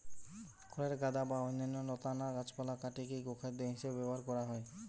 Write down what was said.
খড়ের গাদা বা অন্যান্য লতানা গাছপালা কাটিকি গোখাদ্য হিসেবে ব্যবহার করা হয়